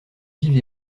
vive